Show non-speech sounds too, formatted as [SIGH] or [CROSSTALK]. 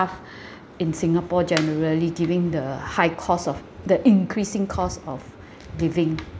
[BREATH] in singapore generally given the high cost of the increasing cost of [BREATH] living